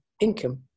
income